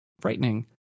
frightening